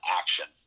action